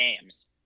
games